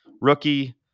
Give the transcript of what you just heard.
rookie